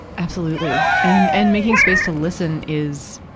absolutely. and, and making space to listen is,